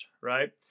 right